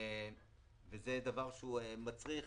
זה דבר שהוא מצריך